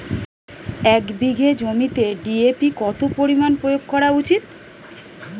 এক বিঘে জমিতে ডি.এ.পি কত পরিমাণ প্রয়োগ করা উচিৎ?